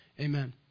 Amen